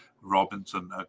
robinson